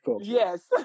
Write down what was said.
Yes